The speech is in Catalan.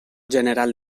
general